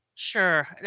Sure